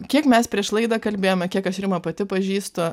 kiek mes prieš laidą kalbėjome kiek aš rimą pati pažįstu